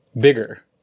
bigger